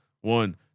one